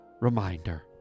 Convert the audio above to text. reminder